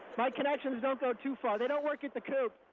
my connections don't go too far. they don't work at the coop.